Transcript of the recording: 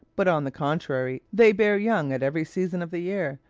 but, on the contrary, they bear young at every season of the year,